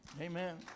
Amen